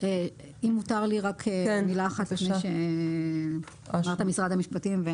אם מותר לי מילה לפני שמשרד המשפטים מתייחס.